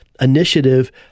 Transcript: initiative